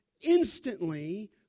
instantly